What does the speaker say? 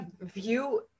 view